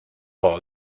all